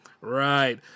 Right